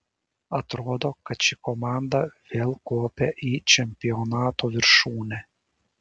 atrodo kad ši komanda vėl kopia į čempionato viršūnę